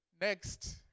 Next